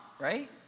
right